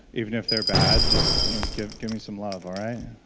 even if they're bad, just give give me some love, all right?